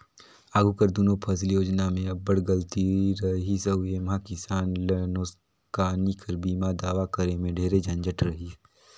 आघु कर दुनो फसिल योजना में अब्बड़ गलती रहिस अउ एम्हां किसान ल नोसकानी कर बीमा दावा करे में ढेरे झंझट रहिस